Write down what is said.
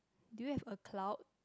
do you have a cloud